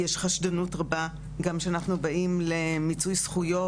יש חשדנות רבה גם כשאנחנו באים למיצוי זכויות.